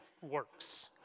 works